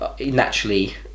Naturally